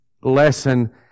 lesson